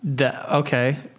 Okay